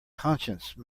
conscience